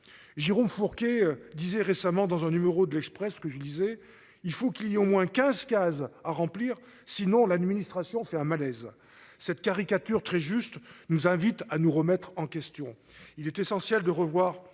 Jérôme Fourquet disait récemment dans un numéro de L'Express. Ce que je disais, il faut qu'il y a au moins 15 cases à remplir sinon l'administration c'est un malaise cette caricature très juste nous invite à nous remettre en question. Il est essentiel de revoir